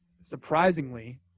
surprisingly